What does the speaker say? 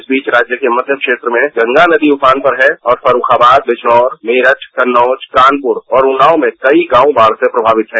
इस बीच राज्य के मध्य क्षेत्र में गंगा नदी उफान पर है और फरूर्खाबाद बिजनौर मेरठ कन्नौज कानपुर और उन्नाव में कई गांव बाढ से प्रभावित है